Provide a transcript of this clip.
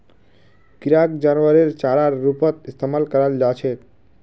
किराक जानवरेर चारार रूपत इस्तमाल कराल जा छेक